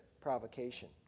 provocation